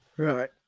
Right